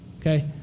okay